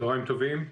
צוהריים טובים.